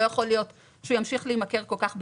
לא יכול להיות שהוא ימשיך להימכר כל כך בזול,